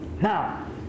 Now